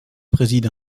préside